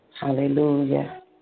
Hallelujah